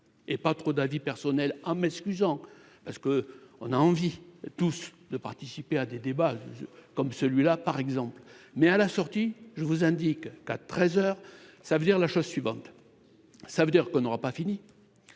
et pas trop d'avis personnel, en m'excusant parce que on a envie tous de participer à des débats comme celui-là, par exemple, mais à la sortie, je vous indique qu'à 13 heures, ça veut dire la chose suivante : ça veut dire qu'on n'aura pas fini,